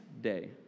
day